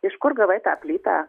iš kur gavai tą plytą